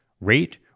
Rate